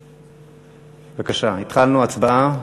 בבקשה, התחלנו הצבעה.